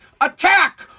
attack